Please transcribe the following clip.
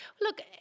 Look